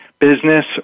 Business